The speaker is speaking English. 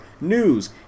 news